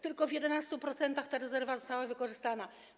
Tylko w 11% ta rezerwa została wykorzystana.